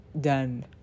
done